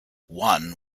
one